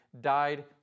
died